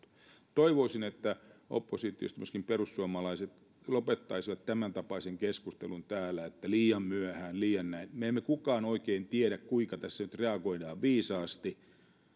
toivoisin että oppositiosta myöskin perussuomalaiset lopettaisivat tämäntapaisen keskustelun täällä että liian myöhään liian näin me emme kukaan oikein tiedä kuinka tässä nyt reagoidaan viisaasti